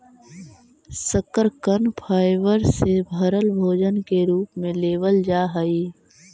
शकरकन फाइबर से भरल भोजन के रूप में लेबल जा हई